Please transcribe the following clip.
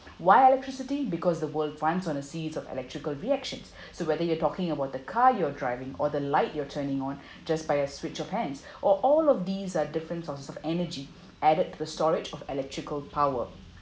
why electricity because the world runs on the seeds of electrical reactions to whether you're talking about the car you're driving or the light you're turning on just buy a switch of hands or all of these are different sources of energy added the storage of electrical power